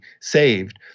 saved